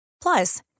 Plus